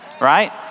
right